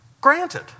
Granted